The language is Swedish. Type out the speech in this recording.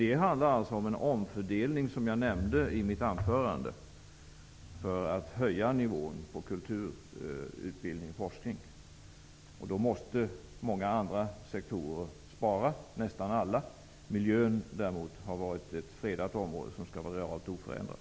Det handlar alltså, som jag nämnde i mitt huvudanförande, om en omfördelning för att höja nivån beträffande kultur, utbildning och forskning. Då måste nästan alla andra sektorer spara. Miljön däremot har varit ett fredat område som skall vara realt oförändrat.